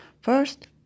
First